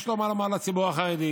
יש לו מה לומר לציבור החרדי,